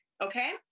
Okay